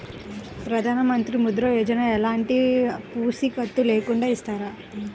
ప్రధానమంత్రి ముద్ర యోజన ఎలాంటి పూసికత్తు లేకుండా ఇస్తారా?